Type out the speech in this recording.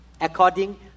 according